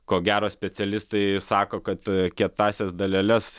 ko gero specialistai sako kad kietąsias daleles